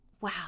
wow